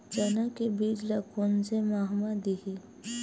चना के बीज ल कोन से माह म दीही?